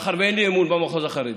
מאחר שאין לי אמון במחוז החרדי,